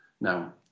Now